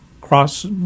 cross